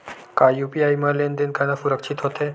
का यू.पी.आई म लेन देन करना सुरक्षित होथे?